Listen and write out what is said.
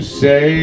say